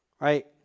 right